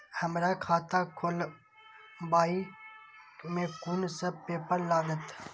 हमरा खाता खोलाबई में कुन सब पेपर लागत?